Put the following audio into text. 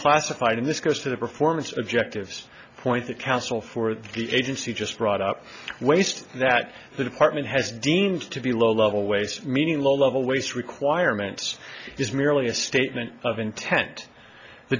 classified and this goes to the performance objectives point the council for the agency just brought up waste that the department has deemed to be low level waste meaning low level waste requirements is merely a statement of intent the